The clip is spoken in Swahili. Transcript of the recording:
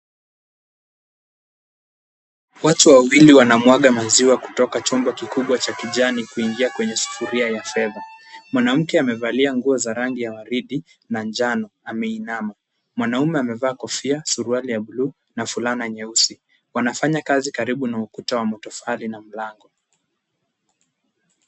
Watu wawili wanamwaga maziwa kutoka chombo kikubwa cha kijani kuingia kwenye sufuria ya fedha. Mwanamke amevalia nguo za rangi ya waridi na njano ameinama, mwanaume amevaa kofia, suruali ya bluu na fulana nyeusi wanafanya kazi karibu na ukuta wa matofali na mlango.